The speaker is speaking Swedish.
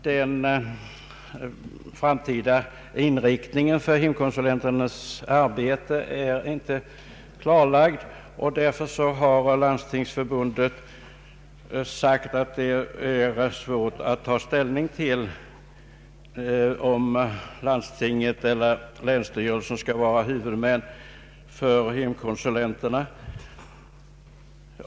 Den framtida inriktningen av hemkonsulenternas arbete är inte klarlagd, och därför har landstingsförbundet anfört att det är svårt att ta ställning till om landstingen eller länsstyrelserna skall vara huvudmän för hemkonsulenterna.